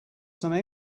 some